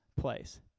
place